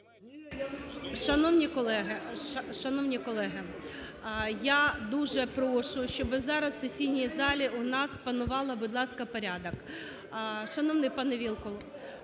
Шановні колеги, я дуже прошу, щоб зараз в сесійній залі у нас панував, будь ласка, порядок. Шановний пане Вілкул,